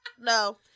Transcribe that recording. no